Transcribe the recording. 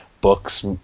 books